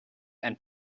and